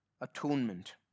atonement